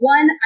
One